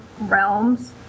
realms